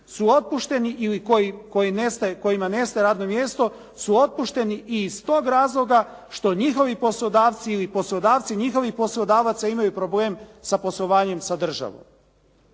su otpušteni ili kojima nestaje radno mjesto su otpušteni i iz tog razloga što nisu poslodavci ili poslodavci njihovih poslodavaca imaju problem sa poslovanjem sa državom.